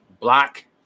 Black